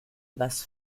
was